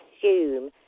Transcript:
assume